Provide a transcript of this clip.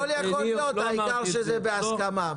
העיקר שזה בהסכמה,